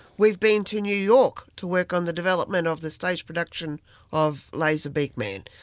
we've been to new york to work on the development of the stage production of laser beak man.